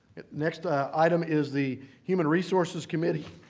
next item is the human resources committee.